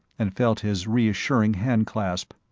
and felt his reassuring hand-clasp.